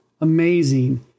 amazing